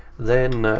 then